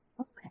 Okay